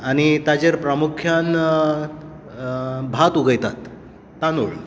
आनी ताजेर प्रामुख्यान भात उगयता तादूंळ